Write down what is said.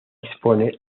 expone